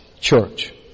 church